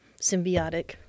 symbiotic